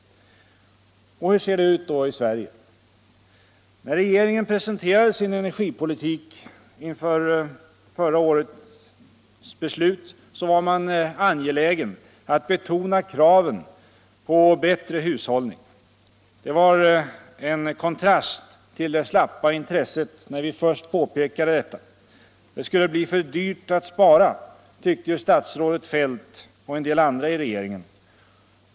Och hur ser det ut i Sverige? När regeringen presenterade sin energipolitik inför förra årets beslut, var man angelägen att betona kraven på bättre hushållning. Detta var en kontrast till det slappa intresset, när vi först påpekade detta — det skulle bli för dyrt att spara, tyckte ju statsrådet Feldt och en del andra i regeringen.